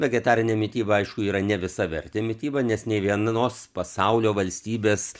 vegetarinė mityba aišku yra nevisavertė mityba nes nė vienos pasaulio valstybės